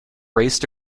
raced